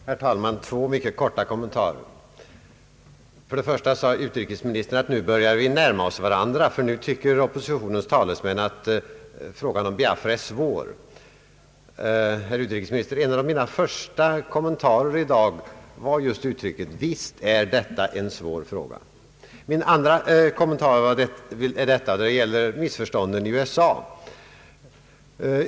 Herr talman! Två mycket korta kommentarer. Utrikesministern sade att vi börjar närma oss varandra därför att nu tycker oppositionens talesmän att frågan om Biafra är svår. Herr utrikesminister! En av mina första kommentarer i dag var just uttrycket: Visst är detta en svår fråga. Min andra kommentar gäller missförstånden i USA.